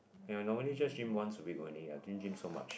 ya I normally just gym once a week only I didn't gym so much